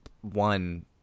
one